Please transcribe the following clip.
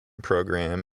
program